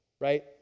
right